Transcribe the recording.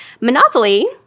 Monopoly